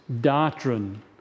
doctrine